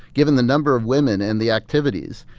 given the number of women and the activities.